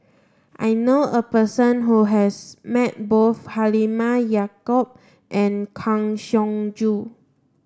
I knew a person who has met both Halimah Yacob and Kang Siong Joo